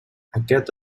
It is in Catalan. aquest